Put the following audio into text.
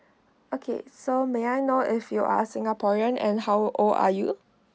okay so may I know if you're a singaporean and how old are you